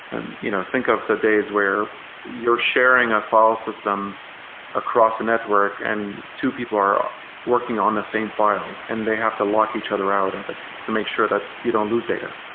and you know think of the days where you're sharing a file system across a network and two people are working on the same file and they have to lock each other out of it to make sure that you don't lose data.